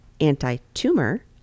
anti-tumor